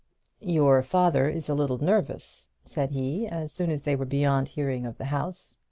your father is a little nervous, said he, as soon as they were beyond hearing of the house.